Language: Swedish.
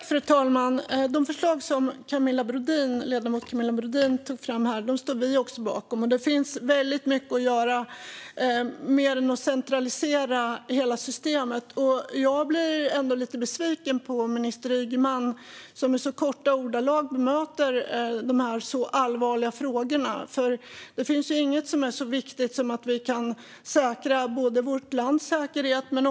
Fru talman! De förslag som ledamoten Camilla Brodin redogjorde för här står vi också bakom. Det finns väldigt mycket att göra mer än att centralisera hela systemet. Jag blir lite besviken på minister Ygeman, som i så korta ordalag bemöter de här allvarliga frågorna. Det finns inget som är så viktigt som att vi kan säkra vårt lands säkerhet.